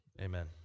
amen